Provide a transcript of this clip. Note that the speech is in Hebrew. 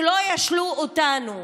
שלא ישלו אותנו.